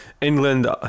England